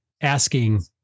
asking